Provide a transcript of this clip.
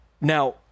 Now